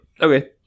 Okay